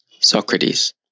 Socrates